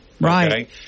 Right